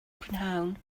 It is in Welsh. prynhawn